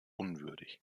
unwürdig